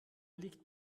liegt